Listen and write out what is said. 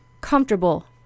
comfortable